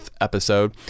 episode